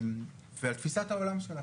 ועל תפיסת העולם שלך,